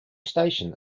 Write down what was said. station